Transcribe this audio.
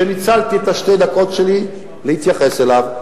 וניצלתי את שתי הדקות שלי להתייחס אליו.